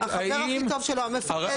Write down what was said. החבר הכי טוב שלו, המפקד שלו.